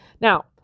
Now